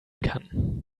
kann